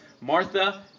Martha